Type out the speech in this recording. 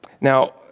Now